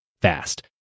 fast